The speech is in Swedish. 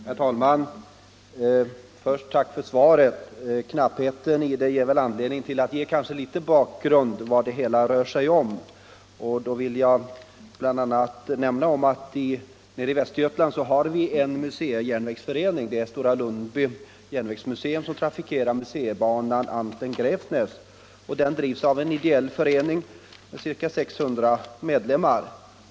Herr talman! Först ett tack för svaret. Knappheten i det ger väl anledning till att säga litet om bakgrunden — vad det hela rör sig om. I Västergötland har vi en museijärnvägsförening. Stora Lundby Järnvägsmuseum trafikerar museibanan Anten-Gräfsnäs. Denna bana drivs av en ideell förening med ca 600 medlemmar.